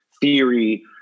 theory